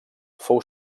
fou